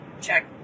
check